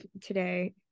today